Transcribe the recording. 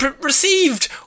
received